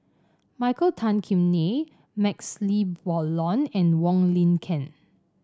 Michael Tan Kim Nei MaxLe Blond and Wong Lin Ken